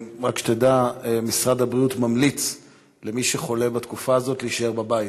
רק שתדע שמשרד הבריאות ממליץ למי שחולה בתקופה הזאת להישאר בבית,